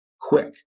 quick